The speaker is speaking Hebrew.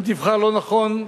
אם תבחר לא נכון,